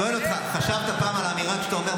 אני שואל אותך: חשבת פעם על האמירה שאתה אומר,